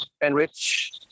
enrich